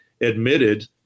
admitted